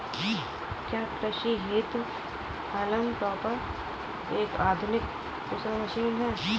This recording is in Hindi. क्या कृषि हेतु हॉल्म टॉपर एक आधुनिक कुशल मशीन है?